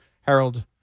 Harold